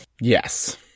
Yes